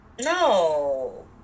No